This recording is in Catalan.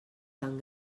tan